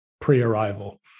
pre-arrival